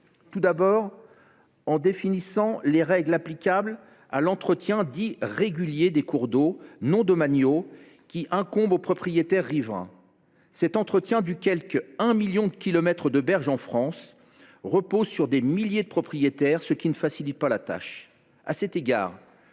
commençant par définir les règles applicables à l’entretien dit régulier des cours d’eau non domaniaux, qui incombent aux propriétaires riverains. Cet entretien d’environ un million de kilomètres de berges en France repose sur des milliers de propriétaires, ce qui ne facilite pas la tâche.